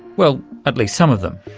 well, at least some of them.